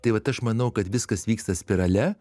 tai vat aš manau kad viskas vyksta spirale